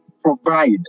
provide